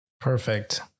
Perfect